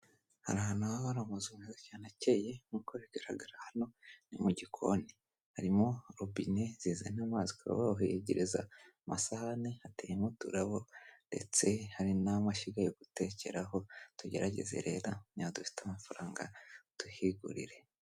Hari ahantu haba hari amazu cyane akeye, nk'uko bigaragara hano ni mu gikoni. Harimo robine zizana amazi ukaba wahogereza amasahani. Hateyemo uturabo ndetse hari n'amashyiga yo gutekeraho, tugerageze rero niba dufite amafaranga tuhigurire.